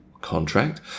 contract